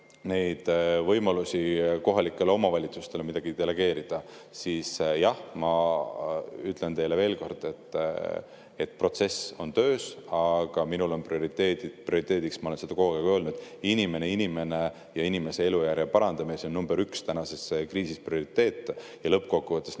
neid võimalusi kohalikele omavalitsustele midagi delegeerida, siis jah, ma ütlen teile veel kord, et protsess on töös, aga minul on prioriteediks – ma olen seda kogu aeg öelnud – inimene, inimene ja inimese elujärje parandamine, number üks prioriteet tänases kriisis. Ja lõppkokkuvõttes